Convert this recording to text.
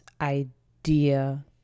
idea